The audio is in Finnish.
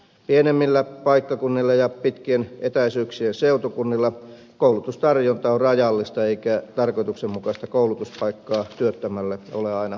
pienemmillä paikkakunnilla ja pitkien etäisyyksien seutukunnilla koulutustarjonta on rajallista eikä tarkoituksenmukaista koulutuspaikkaa työttömälle ole aina tarjolla